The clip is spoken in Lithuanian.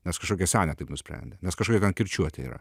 nes kažkokia senė taip nusprendė nes kažkokia kirčiuotė yra